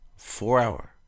four-hour